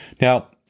Now